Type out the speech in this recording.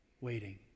waiting